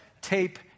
tape